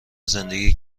زندگی